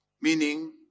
Meaning